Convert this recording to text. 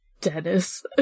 Dennis